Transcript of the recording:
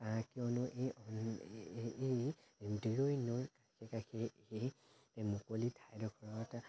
কিয়নো এই অন এই দিৰৈ নৈৰ এই মুকলি ঠাইডোখৰত